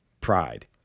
pride